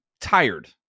tired